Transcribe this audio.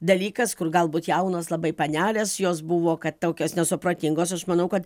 dalykas kur galbūt jaunos labai panelės jos buvo kad tokios nesupratingos aš manau kad